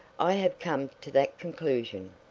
i have come to that conclusion.